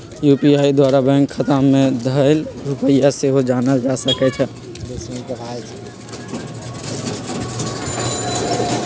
UPI द्वारा bank खता में धएल रुपइया सेहो जानल जा सकइ छै